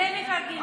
אתם מפלגים את העם.